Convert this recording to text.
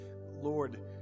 lord